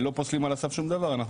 לא פוסלים על הסף שום דבר.